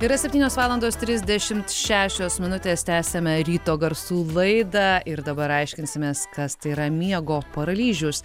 yra septynios valandos trisdešimt šešios minutės tęsiame ryto garsų laidą ir dabar aiškinsimės kas tai yra miego paralyžius